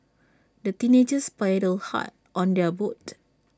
the teenagers paddled hard on their boat